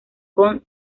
con